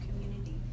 community